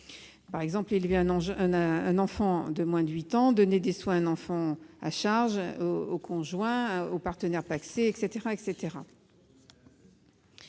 autre motif- élever un enfant âgé de moins de 8 ans, donner des soins à un enfant à charge, au conjoint, au partenaire pacsé, etc.